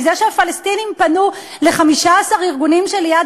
מזה שהפלסטינים פנו ל-15 ארגונים שליד